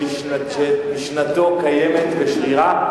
שמשנתו קיימת ושרירה.